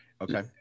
okay